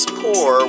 poor